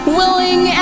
willing